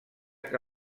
que